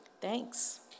Thanks